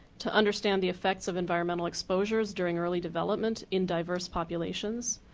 to understand the effects of environmental exposures during early development in diverse populations,